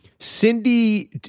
Cindy